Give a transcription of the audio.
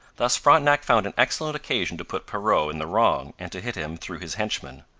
thus frontenac found an excellent occasion to put perrot in the wrong and to hit him through his henchmen.